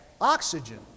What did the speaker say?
oxygen